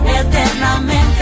eternamente